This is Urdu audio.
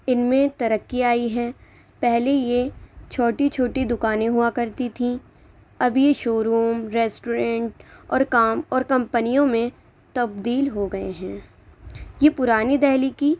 اِن میں ترقی آئی ہے پہلے یہ چھوٹی چھوٹی دُکانیں ہُوا کرتی تھی اب یہ شو روم ریسٹورینٹ اور کام اور کمپنیوں میں تبدیل ہو گئے ہیں یہ پُرانی دہلی کی